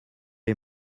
est